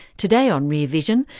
today on rear vision,